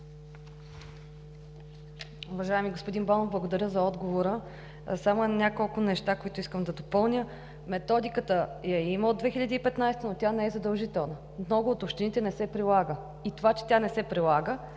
Уважаеми господин Банов, благодаря за отговора. Само няколко неща, които искам да допълня. Методиката я има от 2015 г., но тя не е задължителна. В много от общините не се прилага и това, че тя не се прилага,